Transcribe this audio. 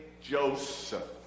Joseph